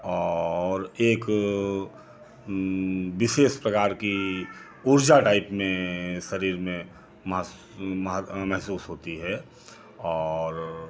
और एक विशेष प्रकार की ऊर्जा टाइप में शरीर में महसूस होती है और